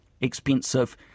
expensive